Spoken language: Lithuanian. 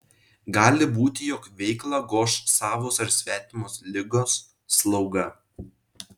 gali būti jog veiklą goš savos ar svetimos ligos slauga